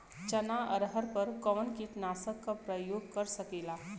चना अरहर पर कवन कीटनाशक क प्रयोग कर जा सकेला?